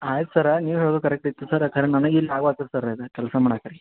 ಆಯ್ತು ಸರ್ರ ನೀವು ಹೇಳೋದ್ ಕರೆಕ್ಟ್ ಐತ್ರಿ ಸರ್ ಕರೆ ನನಗೆ ಇಲ್ಲಿ ಆಗುವಲ್ದು ಸರ್ ಇದು ಕೆಲಸ ಮಾಡಕ್ಕೆ